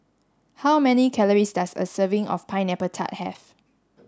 how many calories does a serving of pineapple tart have